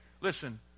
Listen